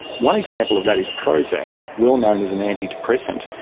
one example of that is prozac, well-known as an antidepressant,